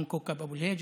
גם כאוכב אבו אל-היג'א,